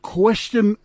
question